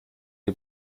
die